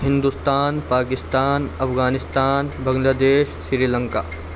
Hindustan Pakistan Afghanistan Bangla Desh Sri Lanka